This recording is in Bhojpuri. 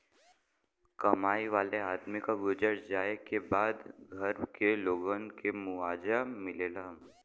कमाए वाले आदमी क गुजर जाए क बाद घर के लोगन के मुआवजा मिलेला